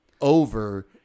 over